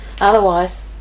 otherwise